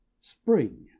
spring